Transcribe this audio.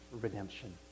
Redemption